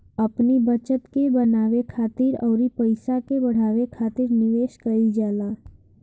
अपनी बचत के बनावे खातिर अउरी पईसा के बढ़ावे खातिर निवेश कईल जाला